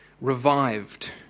revived